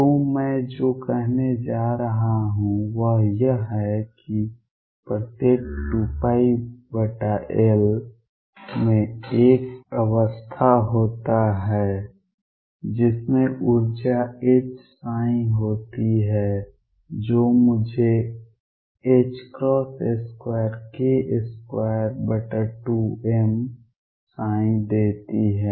तो मैं जो कहने जा रहा हूं वह यह है कि प्रत्येक 2πL में एक अवस्था होता है जिसमें ऊर्जा Hψ होती है जो मुझे 2k22m ψ देती है